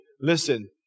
Listen